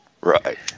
Right